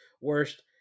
worst